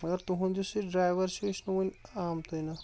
مگر تُہُنٛد یُس یہِ ڈرایور چھُ یہِ چھُنہٕ ؤنہِ آمتُے نہٕ